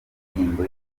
indirimbo